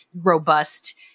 robust